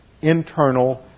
internal